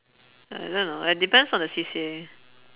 I don't know it depends on the C_C_A